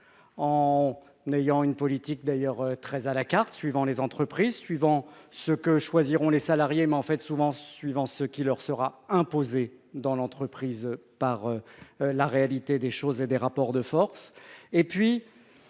en n'ayant une politique d'ailleurs très à la carte, suivant les entreprises, suivant ce que choisiront les salariés m'en fait souvent suivant ce qui leur sera imposé dans l'entreprise par la réalité des choses et des rapports de force, et puis